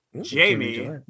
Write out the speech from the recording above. Jamie